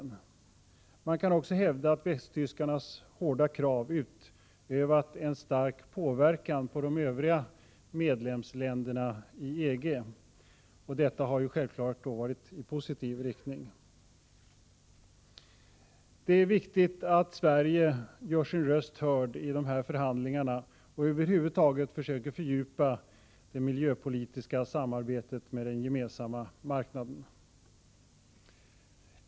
Men man kan också hävda att västtyskarnas hårda krav utövat en stark påverkan på de övriga medlemsländerna i EG, självfallet i positiv riktning. Det är viktigt att Sverige gör sin röst hörd i dessa förhandlingar och över huvud taget försöker fördjupa det miljöpolitiska samarbetet med den gemensamma marknaden.